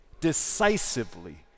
decisively